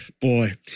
boy